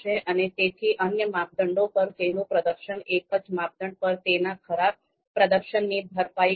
તેથી ભલે આપણે એવું વિચારીએ કે અન્ય માપદંડો પર વિકલ્પોની કામગીરીનો ભારિત સરવાળો વળતર આપી શકે છે પરંતુ અહીં આપણે ઈલેકટેર પદ્ધતિ હેઠળ વળતરની અસરને ધ્યાનમાં લેતા નથી